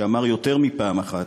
שאמר יותר מפעם אחת,